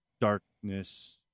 darkness